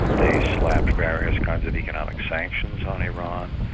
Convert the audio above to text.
they slapped various kinds of economic sanctions on iran,